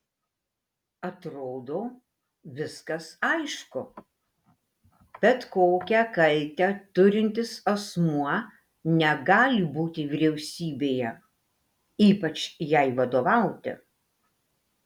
atrodo viskas aišku bet kokią kaltę turintis asmuo negali būti vyriausybėje ypač jai vadovauti